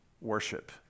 worship